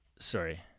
Sorry